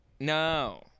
No